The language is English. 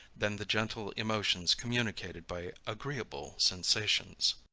than the gentle emotions communicated by agreeable sensations.